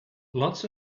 lots